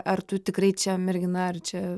ar tu tikrai čia mergina ar čia